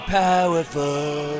powerful